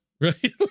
right